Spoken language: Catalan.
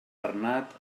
bernat